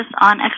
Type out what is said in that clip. on